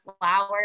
flowers